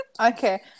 Okay